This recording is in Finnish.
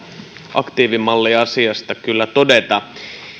aktiivimalliasiasta kyllä todeta